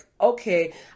okay